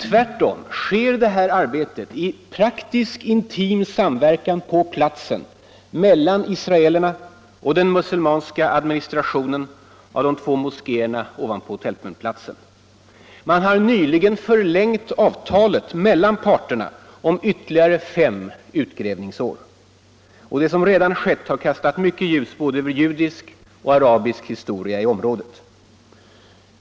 Tvärtom sker detta arbete i praktisk, intim samverkan på platsen mellan israelerna och den muselmanska administrationen av de två moskéerna ovanpå tempelplatsen. Avtalet mellan parterna har nyligen förlängts med ytterligare fem utgrävningsår. Vad som redan gjorts har kastat ljus över både judisk och arabisk historia i området.